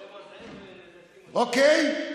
אוקיי?